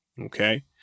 okay